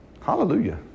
Hallelujah